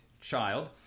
Child